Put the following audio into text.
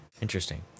Interesting